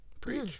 Preach